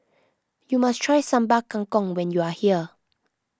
you must try Sambal Kangkong when you are here